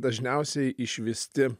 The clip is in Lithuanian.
dažniausiai išvysti